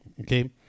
Okay